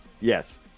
Yes